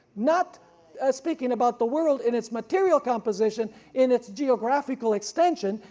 not speaking about the world in its material composition, in its geographical extension,